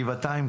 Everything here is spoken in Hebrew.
גבעתיים,